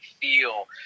feel